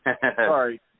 Sorry